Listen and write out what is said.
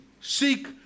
Seek